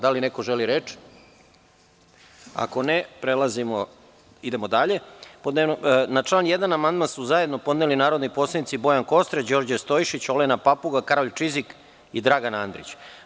Da li neko želi reč? (Ne) Na član 1. amandman su zajedno podneli narodni poslanici Bojan Kostreš, Đorđe Stojšić, Olega Papuga, Karolj Čizik i Dragan Andrić.